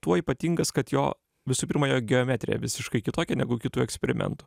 tuo ypatingas kad jo visų pirma jo geometrija visiškai kitokia negu kitų eksperimentų